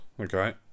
Okay